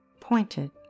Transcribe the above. pointed